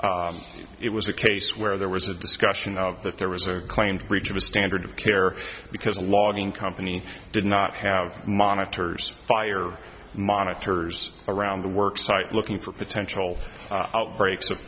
it was a case where there was a discussion of that there was a claimed breach of a standard of care because logging companies did not have monitors fire monitors around the work site looking for potential outbreaks of